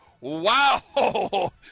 wow